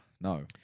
No